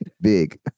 Big